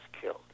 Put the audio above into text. killed